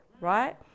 right